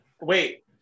Wait